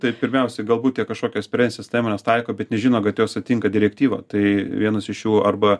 tai pirmiausia galbūt jie kažkokias prevencines priemones taiko bet nežino kad jos atitinka direktyvą tai vienas iš jų arba